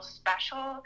special